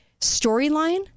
storyline